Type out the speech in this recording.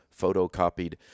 photocopied